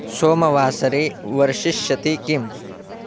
सोमवासरे वर्षिष्यति किम्